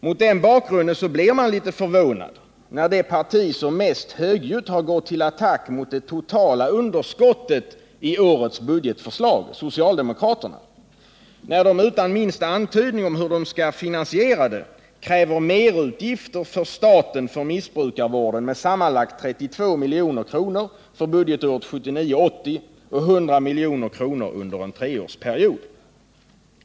Mot den bakgrunden blir man litet förvånad när det parti som mest högljutt har gått till attack mot det totala underskottet i årets budgetförslag, socialdemokraterna, utan minsta antydning om hur det skall finansieras kräver merutgifter för staten för missbrukarvården med sammanlagt 32 milj.kr. för budgetåret 1979/80 och 100 milj.kr. under en treårsperiod.